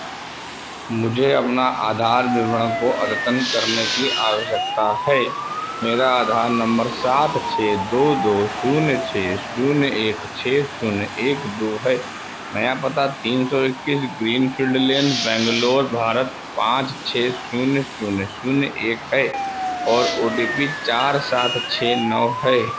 मुझे अपने आधार विवरण को अद्यतन करने की आवश्यकता है मेरा आधार नंबर सात छः दो दो शून्य छः शून्य एक छः शून्य एक दो है नया पता तीन सौ इक्कीस ग्रीनफील्ड लेन बैंगलोर भारत पाँच छः शून्य शून्य शून्य एक है और ओ टी पी चार सात छः नौ है